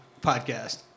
podcast